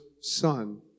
son